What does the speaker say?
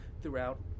throughout